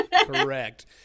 correct